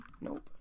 nope